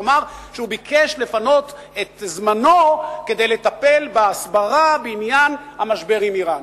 לומר שהוא ביקש לפנות את זמנו כדי לטפל בהסברה בעניין המשבר עם אירן.